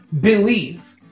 believe